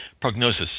Prognosis